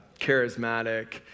charismatic